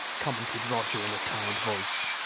commented roger in a tired voice.